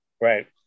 Right